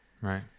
right